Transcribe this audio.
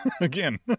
again